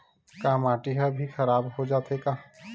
का माटी ह भी खराब हो जाथे का?